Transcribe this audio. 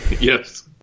Yes